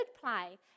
play